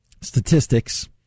statistics